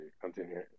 continue